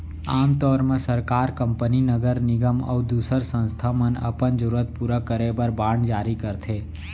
आम तौर म सरकार, कंपनी, नगर निगम अउ दूसर संस्था मन अपन जरूरत पूरा करे बर बांड जारी करथे